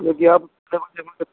क्योंकि आप